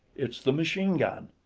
it's the machine-gun!